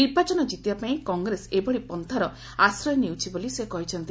ନିର୍ବାଚନ କ୍ରିତିବା ପାଇଁ କଂଗ୍ରେସ ଏଭଳି ପନ୍ତାର ଆଶ୍ରୟ ନେଉଛି ବୋଲି ସେ କହିଛନ୍ତି